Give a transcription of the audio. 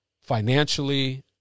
financially